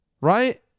Right